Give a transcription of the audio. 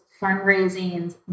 fundraisings